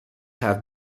have